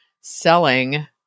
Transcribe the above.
selling